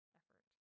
effort